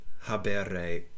habere